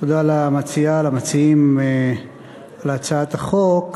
תודה למציעה, למציעים את הצעת החוק.